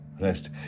rest